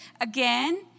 again